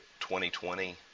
2020